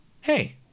hey